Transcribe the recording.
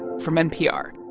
from npr